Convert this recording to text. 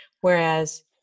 Whereas